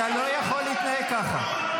אתה לא יכול להתנהג ככה.